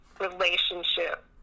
relationship